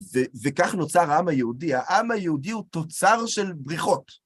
וכך נוצר העם היהודי. העם היהודי הוא תוצר של בריחות.